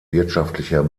wirtschaftlicher